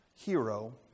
hero